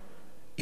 in Israel,